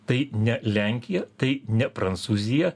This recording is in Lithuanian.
tai ne lenkija tai ne prancūzija